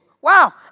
Wow